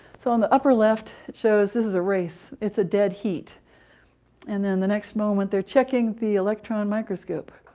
so on the upper left it shows this is a horse race, it's a dead heat and then the next moment they're checking the electron microscope